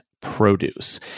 Produce